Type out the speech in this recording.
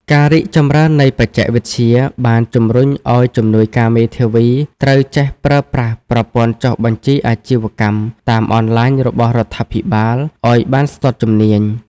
ការរីកចម្រើននៃបច្ចេកវិទ្យាបានជំរុញឱ្យជំនួយការមេធាវីត្រូវចេះប្រើប្រាស់ប្រព័ន្ធចុះបញ្ជីអាជីវកម្មតាមអនឡាញរបស់រដ្ឋាភិបាលឱ្យបានស្ទាត់ជំនាញ។